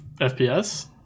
fps